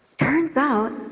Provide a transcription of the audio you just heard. turns out,